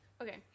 Okay